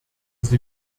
sie